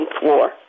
floor